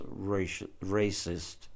racist